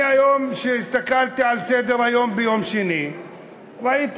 כשהסתכלתי על סדר-היום ביום שני ראיתי